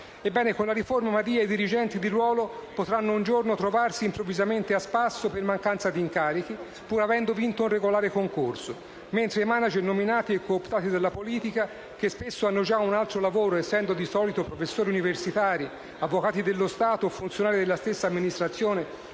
Ebbene, con la riforma Madia i dirigenti di ruolo potranno un giorno trovarsi improvvisamente a spasso per mancanza di incarichi, pur avendo vinto un regolare concorso, mentre i *manager* nominati e cooptati dalla politica, che spesso hanno già un altro lavoro essendo di solito professori universitari, avvocati dello Stato o funzionari della stessa amministrazione